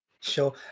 Sure